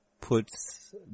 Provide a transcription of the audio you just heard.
puts